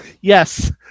Yes